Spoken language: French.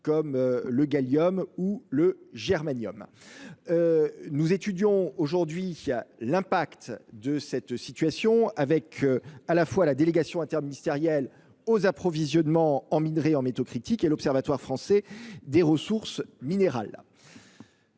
comme le gallium et le germanium. Nous étudions l’impact de cette situation avec la délégation interministérielle aux approvisionnements en minerais et métaux stratégiques, et avec l’Observatoire français des ressources minérales